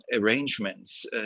arrangements